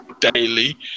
daily